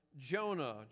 Jonah